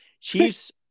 Chiefs